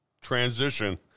transition